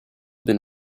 been